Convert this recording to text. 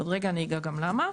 עוד רגע אני אגע גם למה,